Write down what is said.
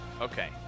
Okay